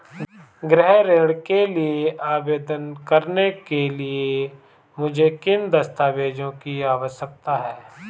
गृह ऋण के लिए आवेदन करने के लिए मुझे किन दस्तावेज़ों की आवश्यकता है?